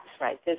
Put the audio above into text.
right